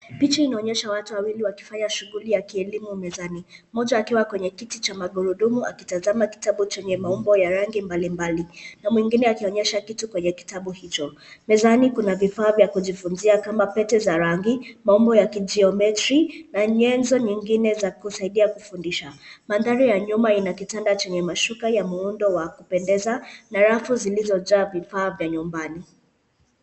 Picha inaonyesha watu wawili wakifanya shughuli ya kielimu mezani mmoja akiwa kwenye kiti cha magurudumu akitazama kitabu chenye maumbo ya rangi mbalimbali na mwingine akionyesha kitu kwenye kitabu hicho. Mezani kuna vifaa vya kujifunzia kama pete za rangi, maumbo ya kijiometri na nyanzo nyingine za kusaidia kufundisha. Mandhari ya nyuma ina kitanda chenye mashuka ya muundo wa kupendeza na rafu zilizojaa vifaa vya nyumbani.